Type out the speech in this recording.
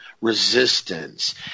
resistance